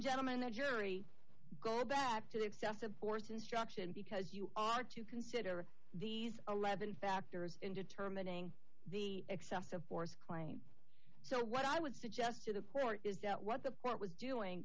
gentlemen the jury go back to the excessive force instruction because you are to consider these eleven factors in determining the excessive force claim so what i would suggest to deport is that what the court was doing